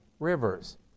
rivers